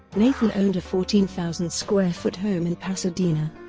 nathan owned a fourteen thousand square foot home in pasadena,